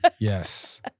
Yes